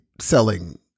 selling